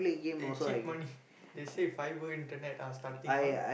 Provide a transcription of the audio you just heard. they cheat money they say fibre internet ah starting all